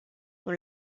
ont